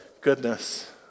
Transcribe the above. goodness